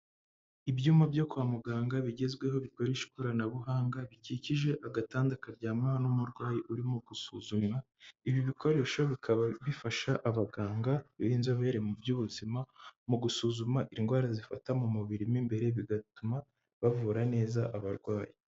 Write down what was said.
Ibyuma byo kwa muganga bigezweho bikoresha ikoranabuhanga, bikikije agatanda karyamwaho n'umurwayi urimo gusuzumwa, ibi bikoresho bikaba bifasha abaganga b'inzobere mu by'ubuzima, mu gusuzuma indwara zifata mu mubiri n'imbere bigatuma bavura neza abarwayi.